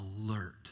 alert